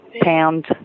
Pound